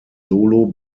solo